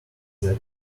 that